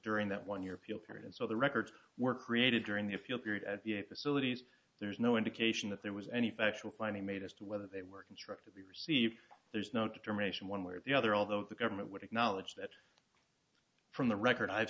during that one year appeal period and so the records were created during the fuel period at v a facilities there's no indication that there was any factual findings made as to whether they were contract to be received there's no determination one way or the other although the government would acknowledge that from the record i've